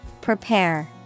Prepare